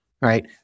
Right